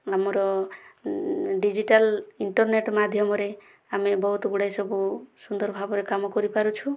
ଆମର digital internet ମାଧ୍ୟମରେ ଆମେ ବହୁତ ଗୁଡ଼େ ସବୁ ସୁନ୍ଦର ଭାବରେ କାମ କରି ପାରୁଛୁ